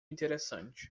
interessante